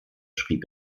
schrieb